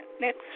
Next